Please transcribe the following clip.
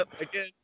Again